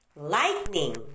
LIGHTNING